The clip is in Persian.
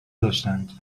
داشتند